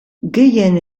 gehien